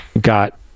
got